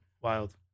Wild